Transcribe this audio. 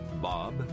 Bob